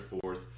fourth